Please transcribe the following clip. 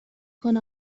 کنه